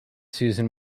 season